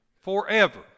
forever